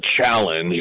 challenge